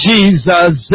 Jesus